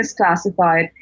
misclassified